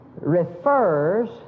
refers